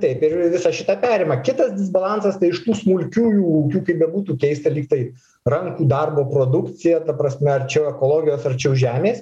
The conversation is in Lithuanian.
taip ir visą šitą perima kitas disbalansas tai iš tų smulkiųjų ūkių kaip bebūtų keista lyg tai rankų darbo produkcija ta prasme arčiau ekologijos arčiau žemės